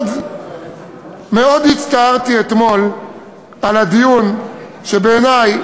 מאוד מאוד הצטערתי אתמול על הדיון שבעיני,